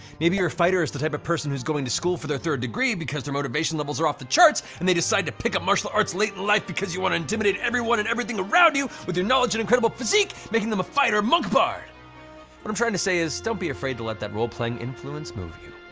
maybe your fighter is the type of person who's going to school for their third degree, because their motivation levels are off the charts, and they decide to pick up martial arts late in life because you want to intimidate everyone and everything around you with your knowledge and incredible physique, making them a fighter monk bard! what i'm trying to say is don't be afraid to let that role-playing influence move you.